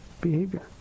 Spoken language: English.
behavior